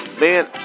Man